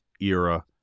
era